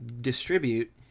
distribute